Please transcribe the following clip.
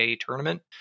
tournament